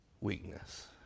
weakness